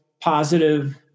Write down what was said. positive